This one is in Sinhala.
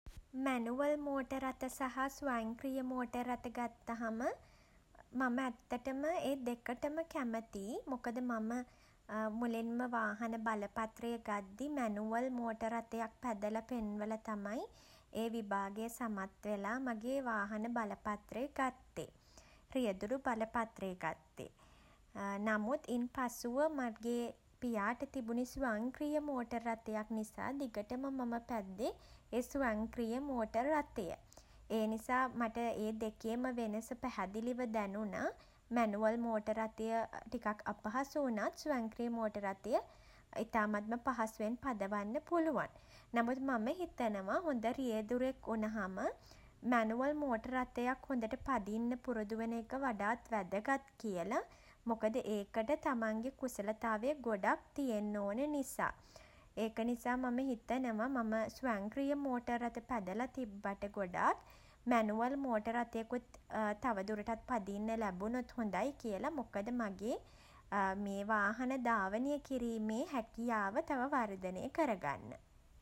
මැනුවල් මෝටර් රථ සහ ස්වයංක්‍රීය මෝටර් රථ ගත්තහම මම ඇත්තටම ඒ දෙකටම කැමතියි. මොකද මම මුලින්ම වාහන බලපත්‍රය ගද්දි මැනුවල් මෝටර් රථයක් පැදලා පෙන්වල තමයි ඒ විභාගය සමත් වෙලා මගේ වාහන බලපත්‍රය ගත්තේ. රියදුරු බලපත්‍රය ගත්තේ නමුත් ඉන්පසුව මගේ පියාට තිබුණෙ ස්වයංක්‍රීය මෝටර් රථයක් නිසා දිගටම මම පැද්දෙ ඒ ස්වයංක්‍රීය මෝටර් රථය. ඒ නිසා මට ඒ දෙකේම වෙනස පැහැදිලිව දැනුණා. මැනුවල් මෝටර් රථය ටිකක් අපහසු වුණත් ස්වයංක්‍රීය මෝටර් රථය ඉතාමත්ම පහසුවෙන් පදවන්න පුළුවන්. නමුත් මම හිතනවා හොඳ රියදුරෙක් වුණහම මැනුවල් මෝටර් රථයක් හොඳට පදින්න පුරුදු වෙන එක වඩාත් වැදගත් කියල. මොකද ඒකට තමන්ගේ කුසලතාවය ගොඩක් තියෙන්න ඕන නිසා. ඒක නිසා මම හිතනවා මම ස්වයංක්‍රීය මෝටර් රථ පැදලා තිබ්බට ගොඩක් මැනුවල් මෝටර් රථයකුත් තව දුරටත් පදින්න ලැබුණොත් හොඳයි කියලා. මොකද මගේ මේ වාහන ධාවනය කිරීමේ හැකියාව තව වර්ධනය කරගන්න.